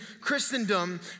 Christendom